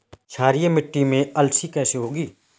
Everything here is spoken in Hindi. क्षारीय मिट्टी में अलसी कैसे होगी?